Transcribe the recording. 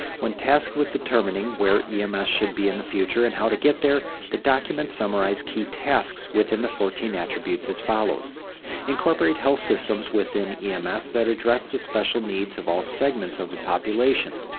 when tasked with determining where ems should be in the future and how to get there, the document summarized key tasks within the fourteen attributes as follows incorporate health systems within ems that address the special needs of all segments of the population.